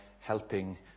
helping